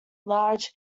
large